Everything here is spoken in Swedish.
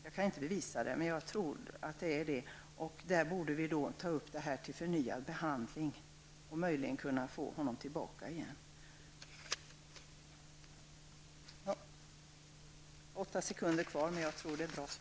Jag kan inte bevisa det, men jag tror det. Detta borde därför tas upp till förnyad behandling för att man möjligen skall kunna få honom tillbaka till Sverige igen.